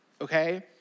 Okay